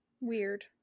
weird